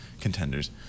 contenders